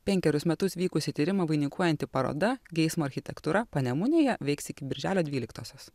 penkerius metus vykusį tyrimą vainikuojanti paroda geismo architektūra panemunėje veiks iki birželio dvyliktosios